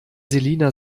selina